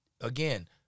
again